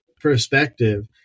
perspective